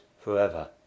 forever